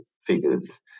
figures